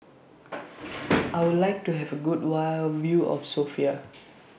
I Would like to Have A Good while View of Sofia